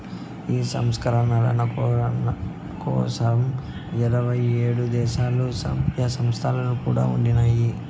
ఈ సంస్కరణల కోసరం ఇరవై ఏడు దేశాల్ల, సభ్య సంస్థలు కూడా ఉండినాయి